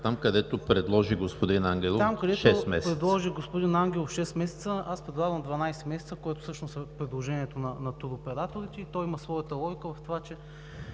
Там, където господин Ангелов предложи 6 месеца, аз предлагам 12 месеца, което всъщност е предложението на туроператорите и то има своята логика в това, че